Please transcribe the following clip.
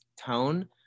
tone